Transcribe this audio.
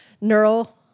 Neural